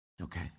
Okay